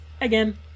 Again